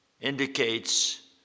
indicates